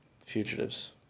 fugitives